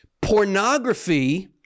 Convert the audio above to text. Pornography